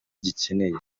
gikeneye